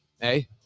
hey